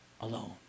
alone